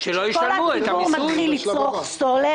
כאשר כל הציבור מתחיל לצרוך סולר,